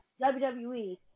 WWE